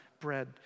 bread